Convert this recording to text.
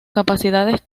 capacidades